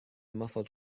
muffled